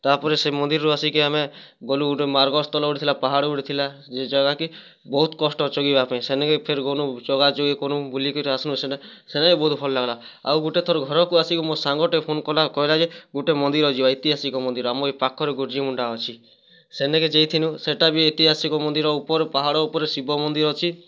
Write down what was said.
ତା'ପରେ ସେ ମନ୍ଦିରରୁ ଆସିକି ଆମେ ଗଲୁ ଗୋଟେ ମାର୍ଗସ୍ଥଳ ଗୋଟେ ଥିଲା ପାହାଡ଼ ଗୁଟେ ଥିଲା ଯାହାକି ବହୁତ କଷ୍ଟ ଚଢ଼ିବା ପାଇଁ ସେଇନାଗି ଫେର୍ ଗନୁ ଚଲା ଚଲି କନୁ ବୁଲିକିରି ଆସୁନ୍ ସେଇଟା ସେଇଟା ବି ବହୁତ ଭଲ ଲାଗଲା ଆଉ ଗୋଟେ ଥର ଘରକୁ ଆସିକି ମୋ ସାଙ୍ଗଟେ ଫୋନ କଲା କହିଲା ଯେ ଗୁଟେ ମନ୍ଦିର ଯିବା ଇତିହାସିକ ମନ୍ଦିର ଆମ ଏଇ ପାଖରେ ଗୋଜିମୁଣ୍ଡା ଅଛି ସେଇନାଗି ଯାଇଥିନୁ ସେଇଟା ବି ଇତିହାସିକ ମନ୍ଦିର ଉପର ପାହାଡ଼ ଉପରେ ଶିବ ମନ୍ଦିର ଅଛି